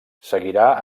seguirà